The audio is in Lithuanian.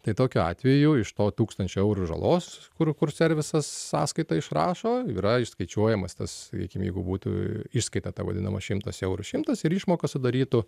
tai tokiu atveju iš to tūkstančio eurų žalos kur kur servisas sąskaitą išrašo yra išskaičiuojamas tas sakykim jeigu būtų išskaita ta vadinama šimtas eurų šimtas ir išmoka sudarytų